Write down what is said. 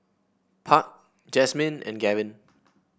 Park Jasmyn and Gavin